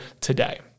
today